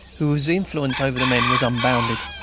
whose influence over the men was unbounded.